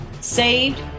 saved